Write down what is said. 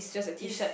is